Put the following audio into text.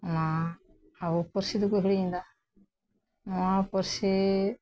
ᱚᱱᱟ ᱟᱵᱚ ᱯᱟᱹᱨᱥᱤ ᱫᱚᱠᱚ ᱦᱤᱲᱤᱧ ᱮᱫᱟ ᱱᱚᱣᱟ ᱯᱟᱹᱨᱥᱤ